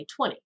2020